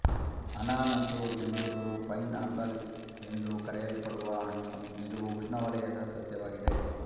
ಅನನಾಸು ಎಂಬುದು pineapple ಎಂದು ಕರೆಯಲ್ಪಡುವ ಹಣ್ಣು ಇದು ಉಷ್ಣವಲಯದ ಸಸ್ಯವಾಗಿದೆ